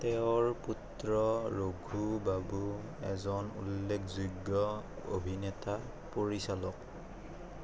তেওঁৰ পুত্ৰ ৰঘু বাবু এজন উল্লেখযোগ্য অভিনেতা পৰিচালক